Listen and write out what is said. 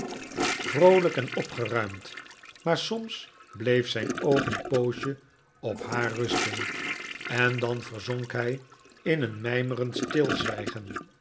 vroolijk en opgeruimd maar soms bleef zijn oog een poosje op haar rusten en dan verzonk hij in een mijmerend stilzwijgen